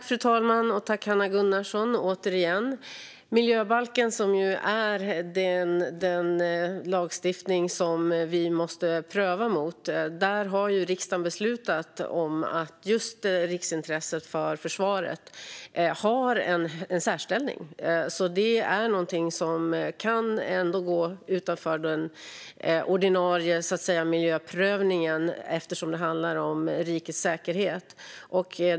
Fru talman! Miljöbalken är den lagstiftning som vi måste pröva mot. Där har riksdagen beslutat att just riksintresset för försvaret har en särställning. Det är någonting som kan gå utanför den ordinarie miljöprövningen, eftersom det handlar om rikets säkerhet.